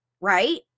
right